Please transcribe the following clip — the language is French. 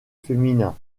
féminin